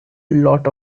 lot